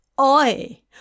Oi